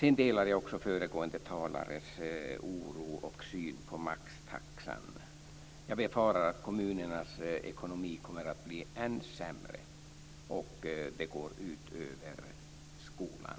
Jag delar också föregående talares oro för och syn på maxtaxan. Jag befarar att kommunernas ekonomi kommer att bli än sämre och att det går ut över skolan.